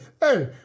hey